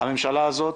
הממשלה הזאת